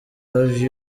love